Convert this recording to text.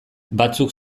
batzuk